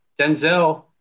Denzel